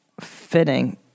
fitting